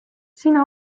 sina